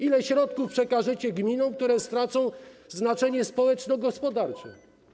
Ile środków przekażecie gminom, które stracą znaczenie społeczno-gospodarcze?